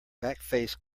backface